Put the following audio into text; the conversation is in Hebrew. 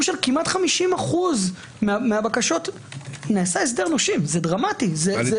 של כמעט 50% נעשה הסדר נושים זה דרמטי -- מה,